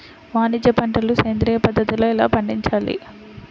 వాణిజ్య పంటలు సేంద్రియ పద్ధతిలో ఎలా పండించాలి?